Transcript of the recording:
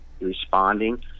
responding